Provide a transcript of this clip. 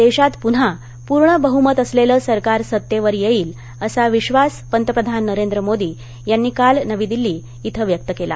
देशात पून्हा पूर्ण बहुमत असलेलं सरकार सत्तेवर येईल असा विश्वास पंतप्रधान नरेंद्र मोदी यांनी काल नवी दिल्ली इथं व्यक्त केला